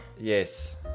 Yes